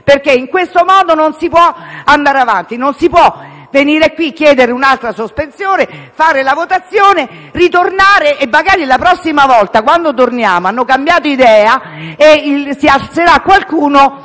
perché in questo modo non si può andare avanti: non si può venire qui a chiedere un'altra sospensione, fare la votazione, e magari quando torniamo avranno cambiato idea: si alzerà qualcuno